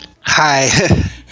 Hi